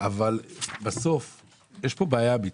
אבל בסוף יש פה בעיה אמיתית.